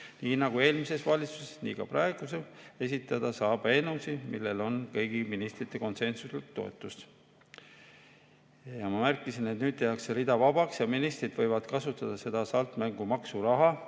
nii nagu eelmises valitsuses, saab ka praeguses esitada eelnõusid, millel on kõigi ministrite konsensuslik toetus. Ma märkisin, et nüüd tehakse rida vabaks ja ministrid võivad kasutada seda hasartmängumaksu raha